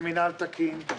ומינהל תקין,